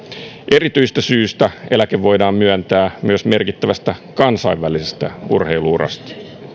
erityisestä syystä eläke voidaan myöntää myös merkittävästä kansainvälisestä urheilu urasta